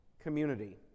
community